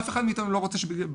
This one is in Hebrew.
אף אחד מאתנו לא רוצה שבסוף,